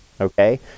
Okay